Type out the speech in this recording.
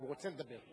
הוא רוצה לדבר?